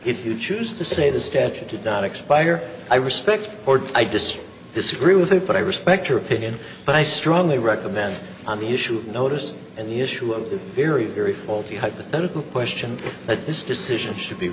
if you choose to say the statute did not expire i respect i despair disagree with it but i respect your opinion but i strongly recommend on the issue notice and the issue of the very very faulty hypothetical question that this decision should be